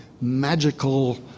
magical